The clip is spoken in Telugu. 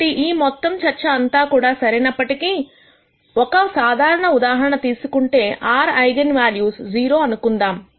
కాబట్టి ఈ మొత్తం చర్చ అంతా కూడా సరైనప్పటికీ కానీ ఒక సాధారణ ఉదాహరణ తీసుకుంటే r ఐగన్ వాల్యూస్ 0 అనుకుందాం